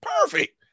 Perfect